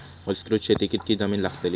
विस्तृत शेतीक कितकी जमीन लागतली?